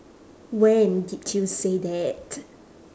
when did you say that